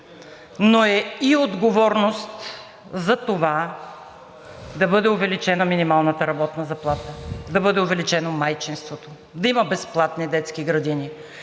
но е и отговорност за това да бъде увеличена минималната работна заплата, да бъде увеличено майчинството, да има безплатни детски градини,